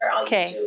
Okay